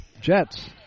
Jets